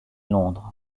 londres